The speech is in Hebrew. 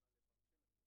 לדבר.